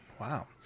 Wow